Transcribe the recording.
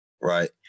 Right